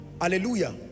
hallelujah